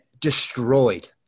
destroyed